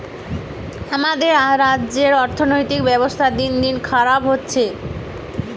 আমাদের রাজ্যের অর্থনীতির ব্যবস্থা দিনদিন খারাপ হতিছে